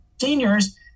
seniors